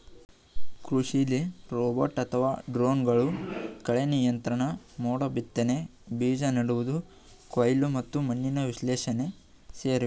ಕೃಷಿಲಿ ರೋಬೋಟ್ ಅಥವಾ ಡ್ರೋನ್ಗಳು ಕಳೆನಿಯಂತ್ರಣ ಮೋಡಬಿತ್ತನೆ ಬೀಜ ನೆಡುವುದು ಕೊಯ್ಲು ಮತ್ತು ಮಣ್ಣಿನ ವಿಶ್ಲೇಷಣೆ ಸೇರಿವೆ